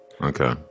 Okay